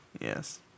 Yes